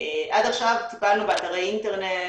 עד עכשיו טיפלנו באתרי אינטרנט